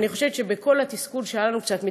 ואני חושבת שבכל התסכול שהיה לנו קצת,